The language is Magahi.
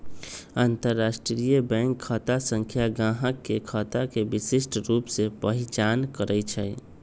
अंतरराष्ट्रीय बैंक खता संख्या गाहक के खता के विशिष्ट रूप से पहीचान करइ छै